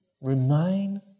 Remain